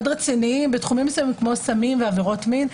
רציניים בתחומים רציניים כמו סמים ועבירות מין.